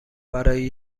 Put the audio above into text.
برای